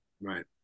Right